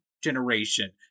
Generation